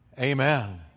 Amen